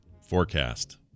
forecast